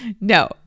no